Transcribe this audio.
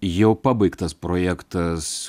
jau pabaigtas projektas